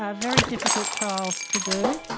ah very difficult trials to do,